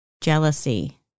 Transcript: jealousy